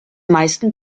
meisten